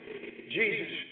Jesus